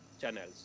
channels